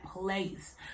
place